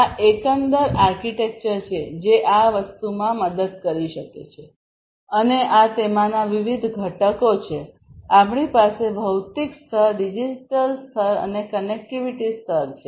આ એકંદર આર્કિટેક્ચર છે જે આ વસ્તુમાં મદદ કરી શકે છે અને આ તેમાંના વિવિધ ઘટકો છેઆપણી પાસે ભૌતિક સ્તર ડિજિટલ સ્તર અને કનેક્ટિવિટી સ્તર છે